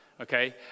okay